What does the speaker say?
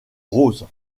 roses